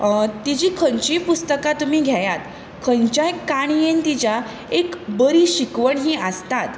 तिजीं खंयचीच पुस्तकां तुमी घेयात खंयच्या काणयेन तिज्या एक बरी शिकवण ही आसतात